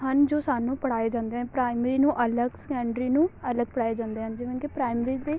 ਹਨ ਜੋ ਸਾਨੂੰ ਪੜ੍ਹਾਏ ਜਾਂਦੇ ਪ੍ਰਾਈਮਰੀ ਨੂੰ ਅਲੱਗ ਸੈਕੰਡਰੀ ਨੂੰ ਅਲੱਗ ਪੜ੍ਹਾਏ ਜਾਂਦੇ ਹਨ ਜਿਵੇਂ ਕਿ ਪ੍ਰਾਈਮਰੀ ਦੀ